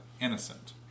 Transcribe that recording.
innocent